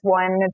one